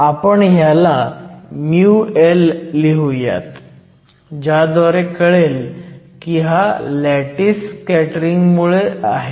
आपण ह्याला μL लिहुयात ज्याद्वारे कळेल की हा लॅटिस स्कॅटरिंग मुळे आहे